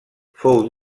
fou